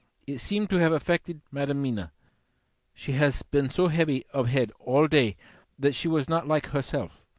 it seems to have affected madam mina she has been so heavy of head all day that she was not like herself.